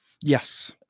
Yes